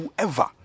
whoever